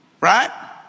Right